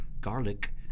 garlic